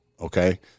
okay